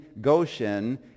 Goshen